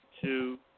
two